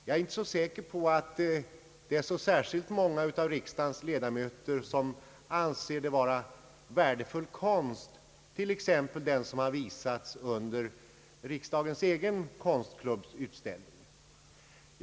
Jag är inte så säker på att det är så särskilt många av riksdagens ledamöter, som anser det vara värdefull konst som t.ex. har visats på riksdagens egen konstklubbs utställning.